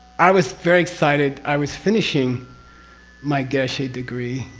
i was very excited. i was finishing my geshe degree.